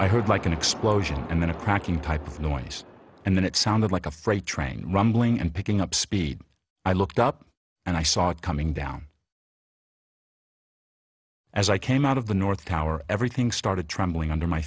i heard like an explosion and then a cracking type of noise and then it sounded like a freight train rumbling and picking up speed i looked up and i saw it coming down as i came out of the north tower everything started trembling under my